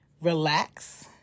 Relax